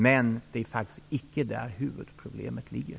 Men det är faktiskt inte där huvudproblemet ligger.